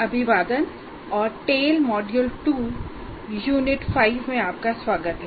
अभिवादन और टेल मॉड्यूल 2 यूनिट 5 में आपका स्वागत है